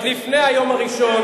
עוד לפני היום הראשון,